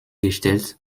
gestellt